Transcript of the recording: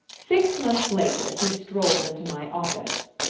six months later he strolled into my office.